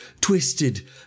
twisted